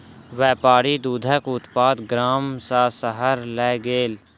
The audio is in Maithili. व्यापारी दूधक उत्पाद गाम सॅ शहर लय गेल